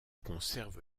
conserve